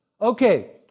Okay